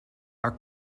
our